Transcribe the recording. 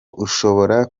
ushobora